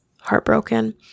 heartbroken